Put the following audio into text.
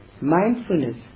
Mindfulness